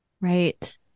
Right